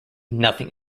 nothing